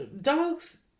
dogs